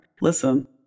Listen